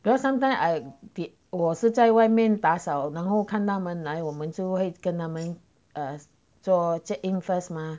because sometimes I beat 我是在外面打扫然后看他们来我们就会跟他们 err 做 check in first mah